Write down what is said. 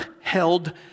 held